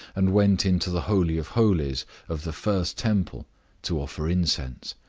and went into the holy of holies of the first temple to offer incense,